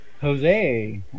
Jose